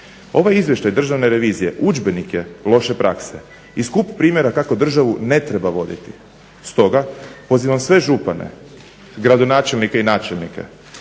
Ovaj izvještaj Državni revizije udžbenik je loše prakse i skup primjera kako državu ne treba voditi. Stoga pozivam sve župane, gradonačelnike i načelnike,